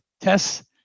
tests